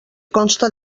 consta